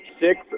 six